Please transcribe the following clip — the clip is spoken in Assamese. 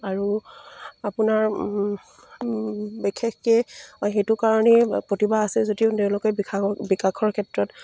আৰু আপোনাৰ বিশেষকে সেইটো কাৰণেই প্ৰতিভা আছে যদিও তেওঁলোকে বিকাশৰ ক্ষেত্ৰত